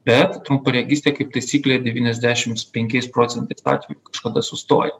bet trumparegystė kaip taisyklė devyniasdešims penkiais procentais atvejų kažkada sustoja